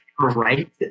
right